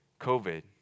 COVID